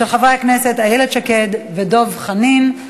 של חברי הכנסת איילת שקד ודב חנין.